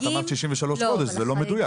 אמרת שזה 63 חודשים וזה לא מדויק.